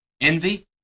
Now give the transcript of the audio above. Envy